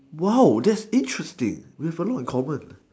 !wow! that's interesting that a lot in common